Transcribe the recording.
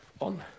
on